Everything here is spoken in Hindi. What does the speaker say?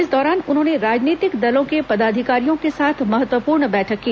इस दौरान उन्होंने राजनैतिक दलों के पदाधिकारियों के साथ महत्वपूर्ण बैठक की